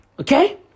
Okay